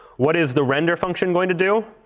what is the render function going to do?